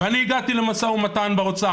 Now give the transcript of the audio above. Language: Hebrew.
ואני הגעתי למשא ומתן באוצר,